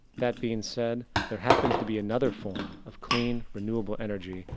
that being said, there happens to be another form of clean renewable energy,